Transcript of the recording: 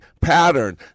pattern